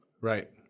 Right